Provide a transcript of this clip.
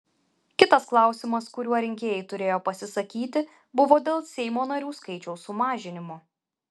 kitas klausimas kuriuo rinkėjai turėjo pasisakyti buvo dėl seimo narių skaičiaus sumažinimo